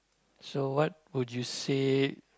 so what would you say